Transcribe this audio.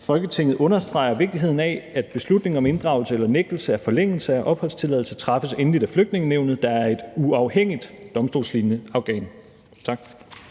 Folketinget understreger vigtigheden af, at beslutningen om inddragelse eller nægtelse af forlængelse af opholdstilladelse træffes endeligt af Flygtningenævnet, der er et uafhængigt domstolslignende organ.«